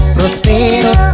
Prospero